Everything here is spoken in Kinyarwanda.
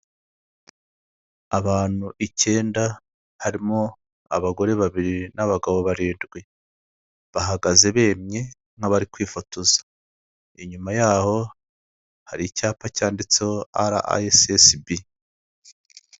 Abantu icyenda harimo abagore babiri n'abagabo barindwi, bahagaze bemye nk'abari kwifotoza, inyuma yaho hari icyapa cyanditseho RSSB.